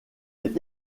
est